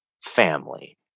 family